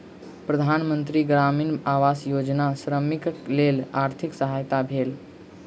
प्रधान मंत्री ग्रामीण आवास योजना श्रमिकक लेल आर्थिक सहायक भेल